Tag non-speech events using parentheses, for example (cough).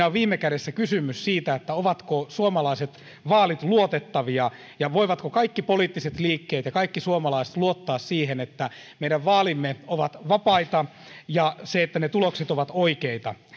(unintelligible) on viime kädessä kysymys siitä ovatko suomalaiset vaalit luotettavia ja voivatko kaikki poliittiset liikkeet ja kaikki suomalaiset luottaa siihen että meidän vaalimme ovat vapaita ja että tulokset ovat oikeita